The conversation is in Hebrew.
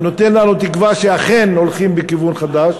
שהיה נותן לנו תקווה שאכן הולכים בכיוון חדש,